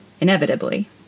inevitably